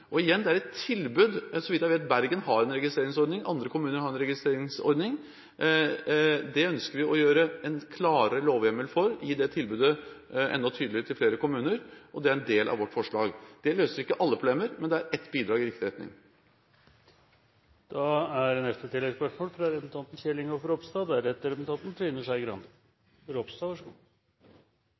Igjen: Det er et tilbud. Så vidt jeg vet, har Bergen en registreringsordning, og andre kommuner har en registreringsordning. Det ønsker vi å ha en klarere lovhjemmel for – gi det tilbudet til flere kommuner. Det er en del av vårt forslag. Det løser ikke alle problemer, men det er et bidrag i riktig retning. Kjell Ingolf Ropstad – til oppfølgingsspørsmål. Jeg er